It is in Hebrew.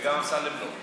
וגם אמסלם לא.